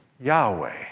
Yahweh